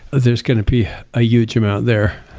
there's going to be a huge amount there